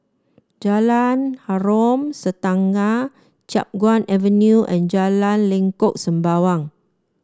Jalan Harom Setangkai Chiap Guan Avenue and Jalan Lengkok Sembawang